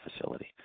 facility